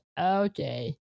okay